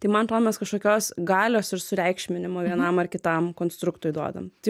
tai man atrodo mes kažkokios galios ir sureikšminimo vienam ar kitam konstruktui duodam